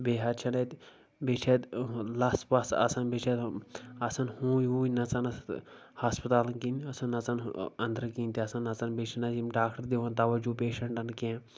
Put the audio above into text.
بیٚیہِ حظ چھِ نہٕ اتہِ بیٚیہِ چھِ اتہِ لژھ وژھ آسان بیٚیہِ چھِ اتہِ آسان ہوٗنۍ ووٗنۍ نژان آسان تہٕ ہسپتالن کِنۍ آسان نژان انٛدرٕ کِنۍ تہِ آسان نژان بیٚیہِ چھِ نہٕ اتہِ یِم ڈاکٹر دِوان توجُہ پیشنٹن کینٛہہ